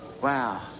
Wow